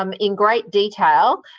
um in great detail,